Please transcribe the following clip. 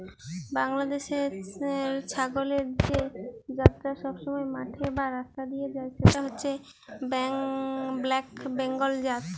বাংলাদেশের ছাগলের যে জাতটা সবসময় মাঠে বা রাস্তা দিয়ে যায় সেটা হচ্ছে ব্ল্যাক বেঙ্গল জাত